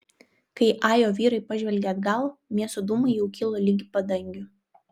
kai ajo vyrai pažvelgė atgal miesto dūmai jau kilo ligi padangių